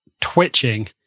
twitching